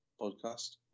podcast